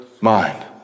mind